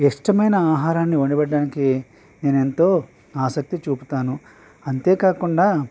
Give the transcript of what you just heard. ఇష్టమైన ఆహారాన్ని వండి పెట్టడానికి నేను ఎంతో ఆసక్తి చూపుతాను అంతేకాకుండా